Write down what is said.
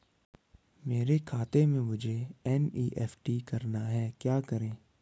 मेरे खाते से मुझे एन.ई.एफ.टी करना है क्या करें?